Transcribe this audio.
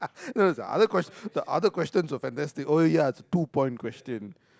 no it's the other question the other questions were fantastic oh wait ya it's two point question